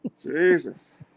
Jesus